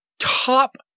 top